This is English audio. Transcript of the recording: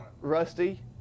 Rusty